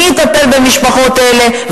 מי יטפל במשפחות האלה.